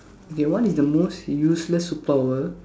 okay what is the most useless superpower